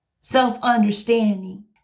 Self-understanding